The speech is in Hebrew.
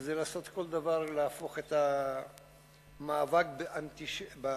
לעשות כל דבר להפוך את המאבק באנטישמיות,